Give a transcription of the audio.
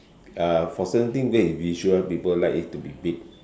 uh for certain thing that is visual people like it to be big